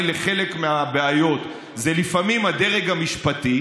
לחלק מהבעיות זה לפעמים הדרג המשפטי,